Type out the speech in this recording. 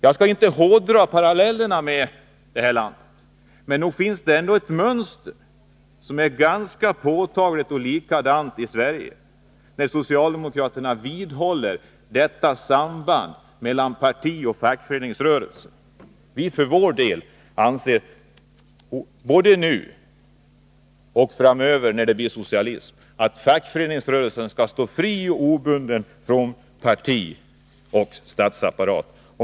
Jag skall inte hårddra parallellerna med det här landet, men nog finns det ändå en påtaglig likhet med Sverige, när socialdemokraterna vidhåller detta samband mellan parti och fackföreningsrörelse. Vi för vår del anser både nu och framöver, när det blir socialism, att fackföreningsrörelsen skall stå fri och obunden från parti och statsapparat.